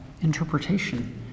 interpretation